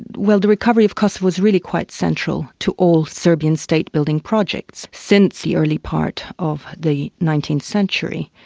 well the recovery of kosovo is really quite central to all serbian state building projects, since the early part of the nineteenth century.